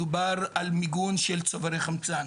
מדובר על מיגון של צוברי חמצן.